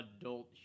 adult